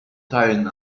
teilen